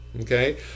okay